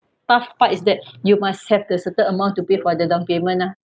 tough part is that you must have a certain amount to pay for the down payment ah